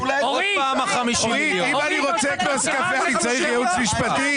אורית, אם אני רוצה כוס קפה אני צריך ייעוץ משפטי?